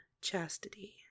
chastity